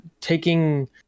taking